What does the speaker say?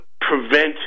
prevent